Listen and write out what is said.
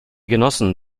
genossen